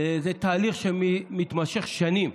שזה תהליך שנמשך שנים,